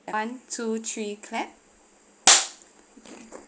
one two three clap okay